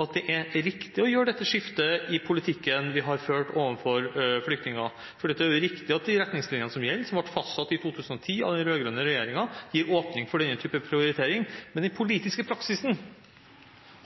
at det er riktig å gjøre et skifte i den politikken vi har ført når det gjelder flyktninger? Det er riktig at de retningslinjene som gjelder – som ble fastsatt av den rød-grønne regjeringen i 2010 – gir åpning for denne type prioritering, men den politiske praksisen